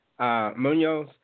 Munoz